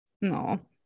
No